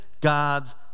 God's